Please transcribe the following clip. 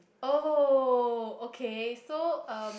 oh okay so um